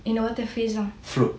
in the water face down